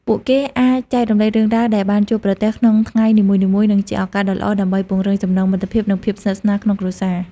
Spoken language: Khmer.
ពួកគេអាចចែករំលែករឿងរ៉ាវដែលបានជួបប្រទះក្នុងថ្ងៃនីមួយៗ និងជាឱកាសដ៏ល្អដើម្បីពង្រឹងចំណងមិត្តភាព និងភាពស្និទ្ធស្នាលក្នុងគ្រួសារ។